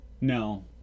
No